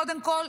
קודם כול,